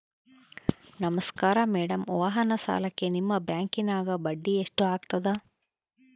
ನಮಸ್ಕಾರ ಮೇಡಂ ವಾಹನ ಸಾಲಕ್ಕೆ ನಿಮ್ಮ ಬ್ಯಾಂಕಿನ್ಯಾಗ ಬಡ್ಡಿ ಎಷ್ಟು ಆಗ್ತದ?